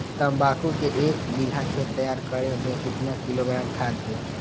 तम्बाकू के एक बीघा खेत तैयार करें मे कितना किलोग्राम खाद दे?